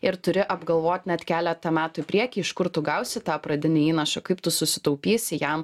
ir turi apgalvot net keletą metų į priekį iš kur tu gausi tą pradinį įnašą kaip tu susitaupysi jam